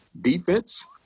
defense